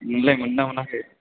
नोंलाय मोनदों ना मोनाखै